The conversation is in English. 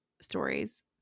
stories